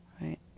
Right